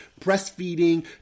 breastfeeding